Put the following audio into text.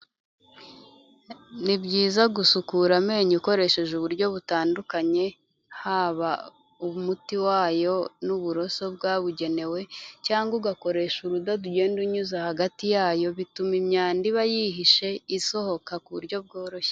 Ni byiza gusukura amenyo ukoresheje uburyo butandukanye haba umuti wayo n'uburoso bwabugenewe cyangwa ugakoresha urudodo ugenda unyuza hagati yayo, bituma imyanda iba yihishe isohoka ku buryo bworoshye.